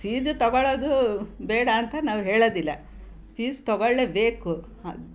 fees ತಗೊಳ್ಳೋದು ಬೇಡ ಅಂತ ನಾವು ಹೇಳೋದಿಲ್ಲ ಫೀಸ್ ತಗೊಳ್ಳಲೇ ಬೇಕು